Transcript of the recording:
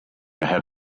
ahead